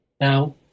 Now